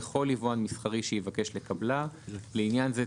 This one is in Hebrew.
לכל יבואן מסחרי שיבקש לקבלה; לעניין זה,